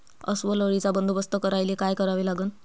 अस्वल अळीचा बंदोबस्त करायले काय करावे लागन?